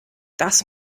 das